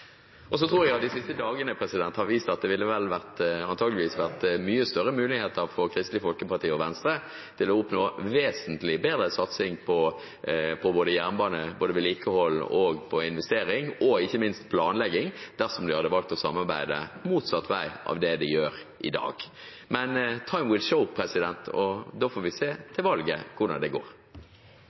tror at de siste dagene har vist at det antakelig ville vært mye større muligheter for Kristelig Folkeparti og Venstre til å oppnå vesentlig bedre satsing på jernbane – på vedlikehold, på investering, og ikke minst på planlegging – dersom de hadde valgt å samarbeide motsatt vei av det de gjør i dag. Men «time will show», og da får vi se hvordan valget går. Når det